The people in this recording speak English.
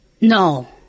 No